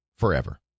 forever